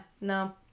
No